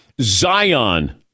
Zion